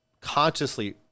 consciously